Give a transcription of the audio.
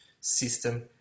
system